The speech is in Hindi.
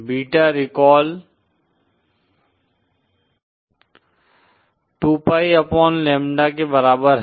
beta recall 2 pi upon lambda के बराबर है